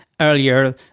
earlier